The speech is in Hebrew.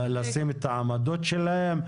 לשים את העמדות שלהם.